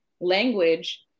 language